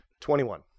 Twenty-one